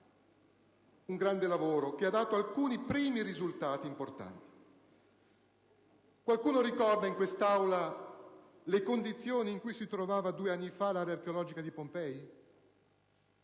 un grande lavoro, che ha dato alcuni primi risultati importanti. Qualcuno ricorda in quest'Aula le condizioni in cui si trovava due anni fa l'area archeologica di Pompei?